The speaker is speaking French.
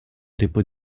dépôts